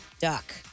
Duck